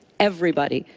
everybody.